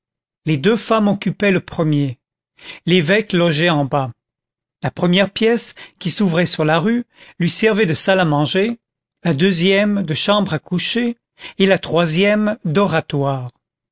les deux femmes occupaient le premier l'évêque logeait en bas la première pièce qui s'ouvrait sur la rue lui servait de salle à manger la deuxième de chambre à coucher et la troisième d'oratoire